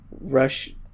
rush